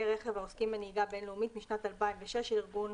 רכב העוסקים בנהיגה בינלאומית משנת 2006 של ארגון